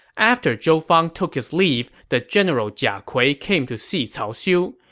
after zhou fang took his leave, the general jia kui came to see cao xiu.